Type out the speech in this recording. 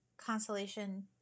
constellation